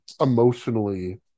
emotionally